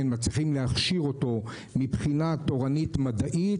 ומצליחים להכשיר אותו מבחינה תורנית-מדעית,